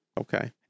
Okay